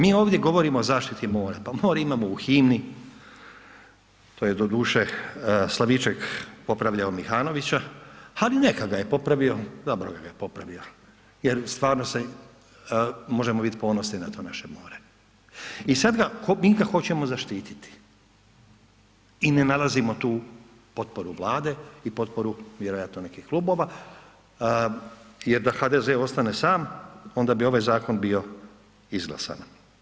Mi ovdje govorimo o zaštiti mora, pa more imamo u himni, to je doduše Slaviček popravljao Mihanovića ali neka ga je popravio, dobro da ga je popravio jer stvarno možemo biti ponosni na to naše more i sad mi ga hoćemo zaštititi i ne nalazimo tu potporu Vlade i potporu vjerojatno nekih klubova jer da HDZ ostane sam, onda bi ovaj zakon bio izglasan.